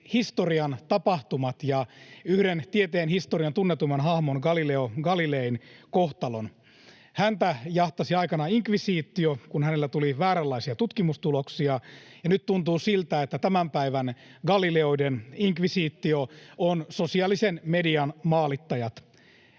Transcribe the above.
historian tapahtumat ja yhden tieteen historian tunnetuimman hahmon Galileo Galilein kohtalon. Häntä jahtasi aikanaan inkvisitio, kun hänellä tuli vääränlaisia tutkimustuloksia, ja nyt tuntuu, että tämän päivän galileoiden inkvisitio ovat sosiaalisen median maalittajat.